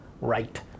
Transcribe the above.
right